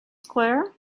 claire